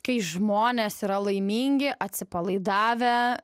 kai žmonės yra laimingi atsipalaidavę